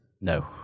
no